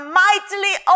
mightily